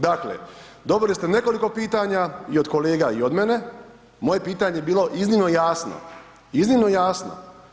Dakle, dobili ste nekoliko pitanja i od kolega i od mene, moje pitanje je bilo iznimno jasno, iznimno jasno.